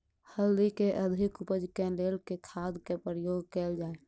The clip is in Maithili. हल्दी केँ अधिक उपज केँ लेल केँ खाद केँ प्रयोग कैल जाय?